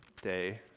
day